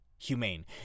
humane